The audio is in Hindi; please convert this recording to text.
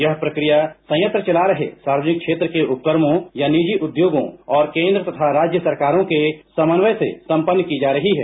यह प्रक्रिया संयंत्र चला रहे सार्वजनिक क्षेत्र के उपक्रमों या निजी उद्योगों और केन्द्र तथा राज्य सरकारों के समन्वय से संपन्न की जा रही है